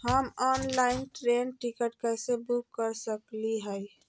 हम online train ticket कैसे book कर सकली हई?